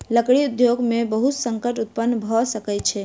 लकड़ी उद्योग में बहुत संकट उत्पन्न भअ सकै छै